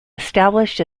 established